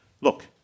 Look